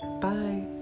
Bye